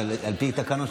זה על פי התקנון,